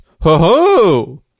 Ho-ho